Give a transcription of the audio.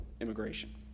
immigration